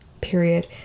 period